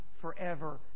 forever